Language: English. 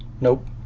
Nope